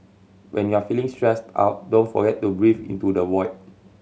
when you are feeling stressed out don't forget to breathe into the void